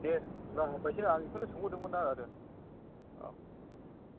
दे होनबा हामबायसै आं बेखौनो सोंहरदोंमोन आरो अ